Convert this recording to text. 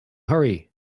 hurry